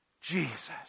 Jesus